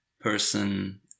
person